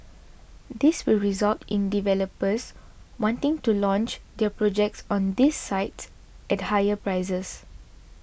this will result in developers wanting to launch their projects on these sites at higher prices